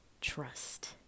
trust